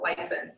license